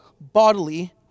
bodily